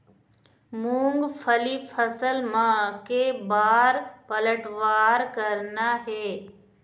मूंगफली फसल म के बार पलटवार करना हे?